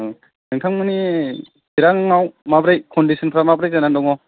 ओम नोंथांमोननि चिरांआव माबोरै कन्दिशनफ्रा माबोरै जानानै दङ